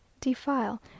defile